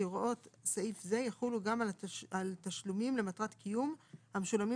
הוראות סעיף זה יחולו גם על תשלומים למטרת קיום המשולמים